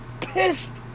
pissed